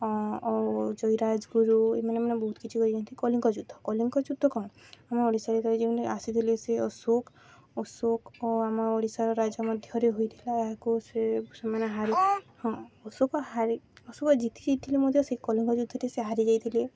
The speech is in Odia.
ଅ ଆଉ ଜୟୀରାଜଗୁରୁ ଏମାନେ ମାନେ ବହୁତ କିଛି କରିଯାଇଛନ୍ତି କଳିଙ୍ଗ ଯୁଦ୍ଧ କଳିଙ୍ଗ ଯୁଦ୍ଧ କ'ଣ ଆମ ଓଡ଼ିଶାରେ ସେ ଯେଉଁମାନେ ଆସିଥିଲେ ସେ ଅଶୋକ ଅଶୋକ ଓ ଆମ ଓଡ଼ିଶାର ରାଜ୍ୟ ମଧ୍ୟରେ ହୋଇଥିଲା ଏହାକୁ ସେ ସେମାନେ ହାରି ହଁ ଅଶୋକ ହାରି ଅଶୋକ ଜିତି ଜିତି ଯାଇଥିଲେ ମଧ୍ୟ ସେ କଳିଙ୍ଗ ଯୁଦ୍ଧରେ ସେ ହାରିଯାଇଥିଲେ